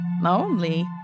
Lonely